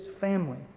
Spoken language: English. family